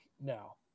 no